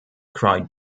cried